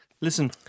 Listen